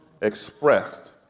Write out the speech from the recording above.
expressed